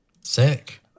sick